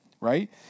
right